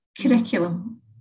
curriculum